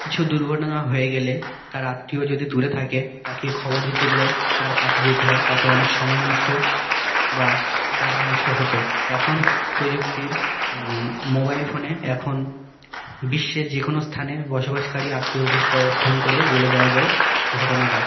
কিছু দুর্ঘটনা হয়ে গেলে তার আত্মীয় যদি দূরে থাকে তাকে খবর দিতে গেলে তার কাছে যেতে হয় তাতে অনেক সময় নষ্ট বা টাকা নষ্ট হতো এখন প্রযুক্তির মোবাইল ফোনে এখন বিশ্বের যে কোনো স্থানে বসবাসকারী আত্মীয়কে ক ফোন করে বলে দেওয়া যায় ঘটনটা